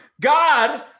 God